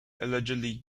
allegedly